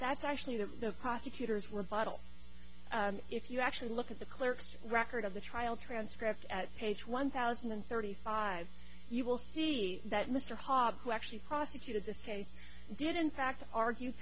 that's actually that the prosecutors were bottle if you actually look at the clerk's record of the trial transcript at page one thousand and thirty five you will see that mr hobbs who actually prosecuted this case did in fact argue